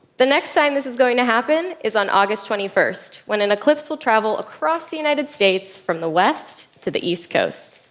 the next time this is going to happen is on august twenty first when an eclipse will travel across the united states from the west to the east coast.